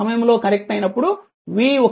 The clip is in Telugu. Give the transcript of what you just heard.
ఆ సమయంలో కనెక్ట్ అయినప్పుడు v12 v v0